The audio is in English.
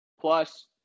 Plus